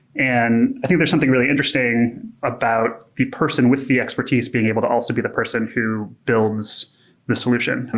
and i think there's something really interesting about the person with the expertise being able to also be the person who builds the solution. and